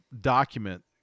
document